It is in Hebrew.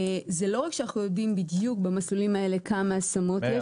זה לא רק שאנחנו יודעים בדיוק במסלולים האלה כמה השמות יש,